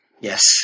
Yes